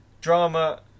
Drama